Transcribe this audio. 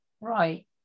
right